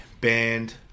band